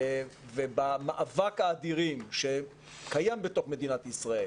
במאבק האדירים שקיים בתוך מדינת ישראל